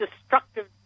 destructive